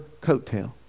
coattail